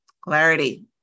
Clarity